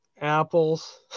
apples